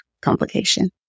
complication